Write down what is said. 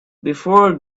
before